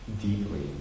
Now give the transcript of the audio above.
deeply